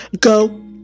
go